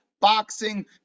boxing